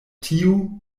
tiu